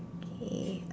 K